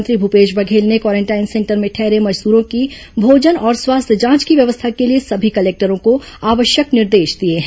मुख्यमंत्री भूपेश बघेल ने quarantine centre में ठहरे मजदूरों की भोजन और स्वास्थ्य जांच की व्यवस्था के लिए सभी कलेक्टरों को आवश्यक निर्देश दिए हैं